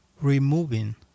removing